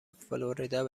فلوریدا